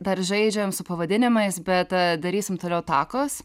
dar žaidžiam su pavadinimais bet darysim toliau takos